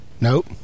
Nope